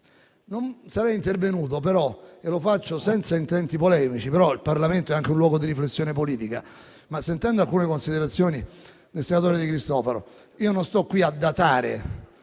Non sarei intervenuto e lo faccio, pur senza intenti polemici (il Parlamento è anche un luogo di riflessione politica), dopo aver sentito alcune considerazioni del senatore De Cristofaro. Io non voglio datare